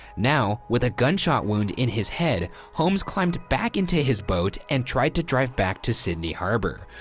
now with a gunshot wound in his head, holmes climbed back into his boat and tried to drive back to sydney harbor.